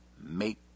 make